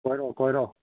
ꯀꯣꯏꯔꯛꯑꯣ ꯀꯣꯏꯔꯛꯑꯣ